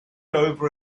over